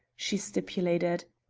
she stipulated.